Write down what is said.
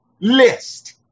list